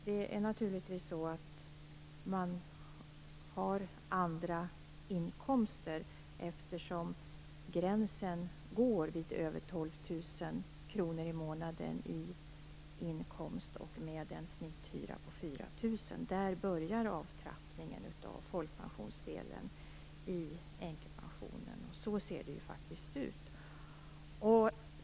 Det är naturligtvis så att man har andra inkomster, eftersom gränsen går vid 12 000 kr i månaden i inkomst och med en snitthyra på 4 000 kr. Där börjar avtrappningen av folkpensionsdelen i änkepensionen. Så ser det faktiskt ut.